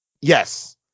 Yes